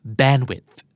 bandwidth